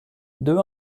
deux